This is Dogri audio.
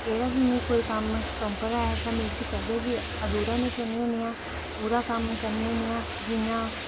जेड़ा बी मिगी कोई कम्म सौंपदा ऐ में उसी कदें बी अधूरा नी छोड़नी हुन्नी आं पूरा कम्म करनी हुन्नी आं जियां